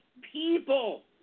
people